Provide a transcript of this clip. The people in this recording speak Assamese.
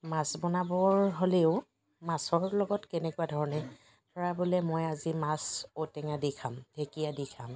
মাছ বনাবৰ হ'লেও মাছৰ লগত কেনেকুৱা ধৰণে ধৰা বোলে মই আজি মাছ ঔটেঙা দি খাম ঢেকীয়া দি খাম